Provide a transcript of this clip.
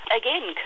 again